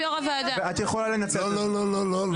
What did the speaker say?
את יכולה לנצל את ה --- לא, לא, לא.